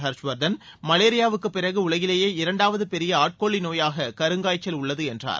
ஹர்ஷ் வர்தன் மலேரியாவுக்குப் பிறகு உலகிலேயே இரண்டாவது பெரிய ஆட்கொல்லி நோயாக கருங்காய்ச்சல் உள்ளது என்றார்